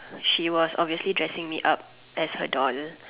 she was obviously dressing me up as her doll